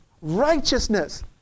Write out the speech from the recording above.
righteousness